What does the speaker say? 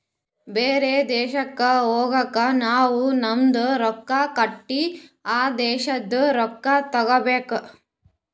ಬೇರೆ ದೇಶಕ್ ಹೋಗಗ್ ನಾವ್ ನಮ್ದು ರೊಕ್ಕಾ ಕೊಟ್ಟು ಆ ದೇಶಾದು ರೊಕ್ಕಾ ತಗೋಬೇಕ್